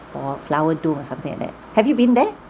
or flower dome or something like that have you been there